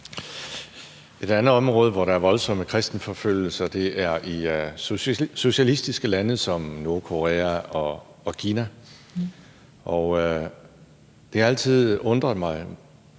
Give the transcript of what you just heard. Et andet område, hvor der er voldsomme kristenforfølgelser, er i socialistiske lande som Nordkorea og Kina, og det har altid undret mig,